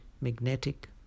magnetic